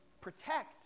protect